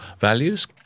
values